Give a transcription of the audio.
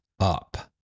up